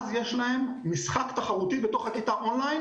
אז יש להם משחק תחרותי בתוך הכיתה און-ליין